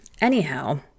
Anyhow